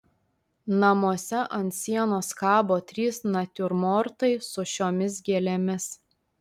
namuose ant sienos kabo trys natiurmortai su šiomis gėlėmis